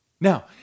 Now